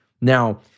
Now